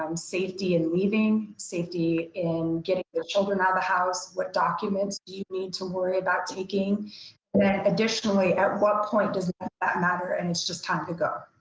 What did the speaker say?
um safety in leaving, safety in getting their children out of the house. what documents do you need to worry about taking then additionally, at what point does that matter and it's just time to go?